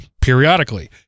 periodically